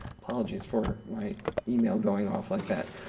apologies for my email going off like that.